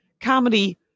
comedy